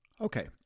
Okay